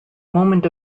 moment